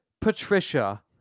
Patricia